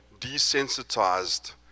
desensitized